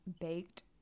baked